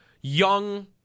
young